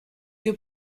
que